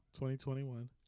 2021